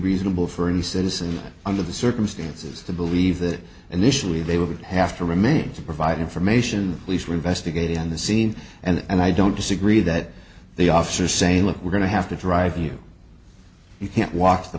reasonable for any citizen under the circumstances to believe that initially they would have to remain to provide information police were investigated on the scene and i don't disagree that the officer saying look we're going to have to drive you you can't walk to the